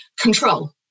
control